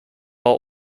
are